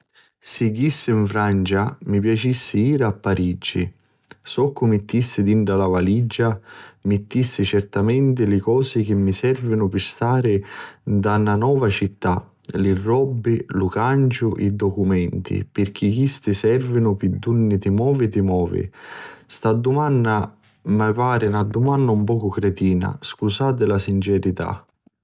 Si jissi nfrancia mi piacissi jiri a parigi. Soccu mittissi dintra la valigia? Mittissi certamenti li cosi chi mi servinu pi stari nta na nova città. Li robbi, lu canciu, i documenti pirchì chisti servinu pi dunni ti movi ti movi. Sta dumanna mi pari na dumanna un pocu cretina. Scusati la sincerità.